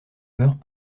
meurent